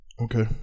Okay